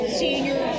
senior